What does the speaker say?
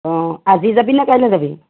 অ আজি যাবিনে কাইলৈ যাবি